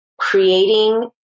creating